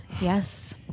yes